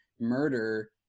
murder